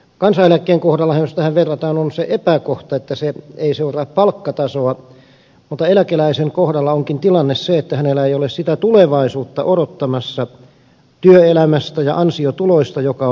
kansaneläkkeen kohdallahan jos sitä tähän verrataan on se epäkohta että se ei seuraa palkkatasoa mutta eläkeläisen kohdalla onkin tilanne se että hänellä ei ole sitä tulevaisuutta odottamassa työelämästä ja ansiotuloista joka on opiskelijalla